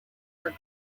are